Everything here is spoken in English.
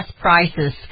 prices